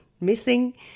missing